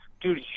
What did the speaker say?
dude